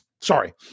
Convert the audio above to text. Sorry